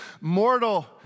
mortal